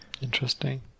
Interesting